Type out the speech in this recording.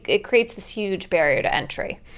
it creates this huge barrier to entry